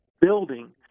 building